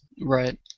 Right